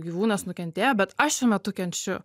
gyvūnas nukentėjo bet aš šiuo metu kenčiu